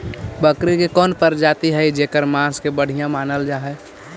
बकरी के कौन प्रजाति हई जेकर मांस के बढ़िया मानल जा हई?